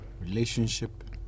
relationship